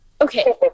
Okay